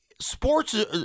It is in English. sports